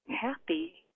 happy